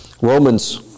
Romans